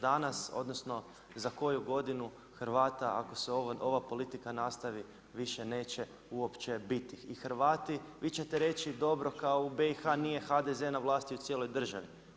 Danas, odnosno, za koju godinu, Hrvata, ako se ova politika nastavi, više neće uopće biti Hrvati, vi ćete reći, dobro kao u BIH nije HDZ na vlasti u cijeloj državi.